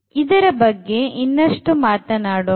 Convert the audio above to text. ಇದರ ಬಗ್ಗೆ ಇನ್ನಷ್ಟು ಮಾತನಾಡೋಣ